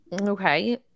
Okay